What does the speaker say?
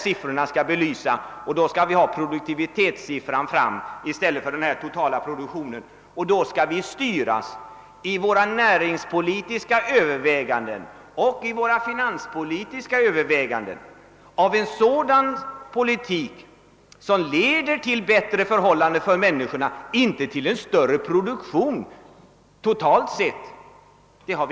Därför skall vi främst räkna med produktivitetssiffran i stället för siffran för den totala produktionen. Vi skall också i våra näringspolitiska och finanspolitiska överväganden styra en sådan politik som leder till bättre förhållanden för människorna, inte i och för sig en större produktion totalt sett.